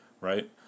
right